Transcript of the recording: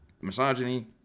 misogyny